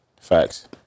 Facts